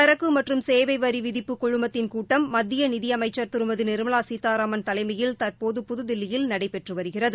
சரக்கு மற்றும் சேவை வரி விதிப்பு குழுமத்தின் கூட்டம் மத்திய நிதி அமைச்ச் திருமதி நிர்மலா சீதாராமன் தலைமயில் தற்போது புதுதில்லியில் நடைபெற்று வருகிறது